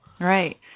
Right